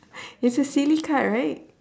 it's a silly card right